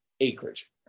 acreage